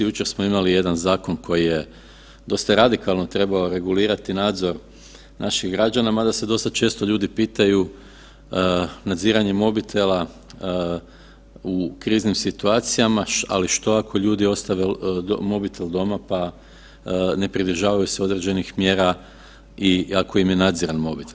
Jučer smo imali jedan zakon koji je dosta radikalno trebao regulirati nadzor naših građana, mada se dosta često ljudi pitaju, nadziranje mobitela u kriznim situacijama, ali što ako ljudi ostave mobitel doma pa ne pridržavaju se određenih mjera i ako im je nadziran mobitel.